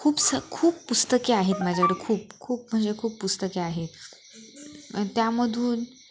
खूप स खूप पुस्तके आहेत माझ्याकडे खूप खूप म्हणजे खूप पुस्तके आहेत त्यामधून